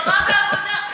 תורה ועבודה.